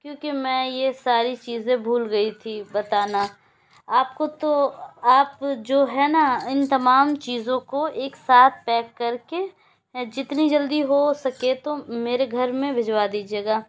کیوںکہ میں یہ ساری چیزیں بھول گئی تھی بتانا آپ کو تو آپ جو ہیں نا ان تمام چیزوں کو ایک ساتھ پیک کر کے جتنی جلدی ہو سکے تو میرے گھر میں بھیجوا دیجیے گا